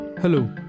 Hello